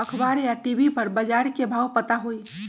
अखबार या टी.वी पर बजार के भाव पता होई?